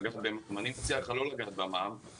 אני מציע לך לא לגעת במע"מ,